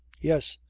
yes.